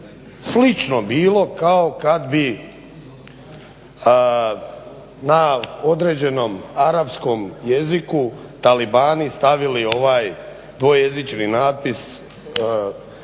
slično bilo kao kad bi na određenom arapskom jeziku talibani stavili ovaj dvojezični natpis